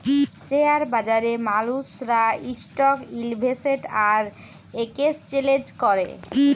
share বাজারে মালুসরা stock ইলভেসেট আর একেসচেলজ ক্যরে